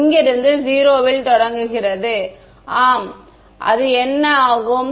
இங்கிருந்து 0 ல் தொடங்குகிறது ஆம் அது என்ன ஆகும் θ 90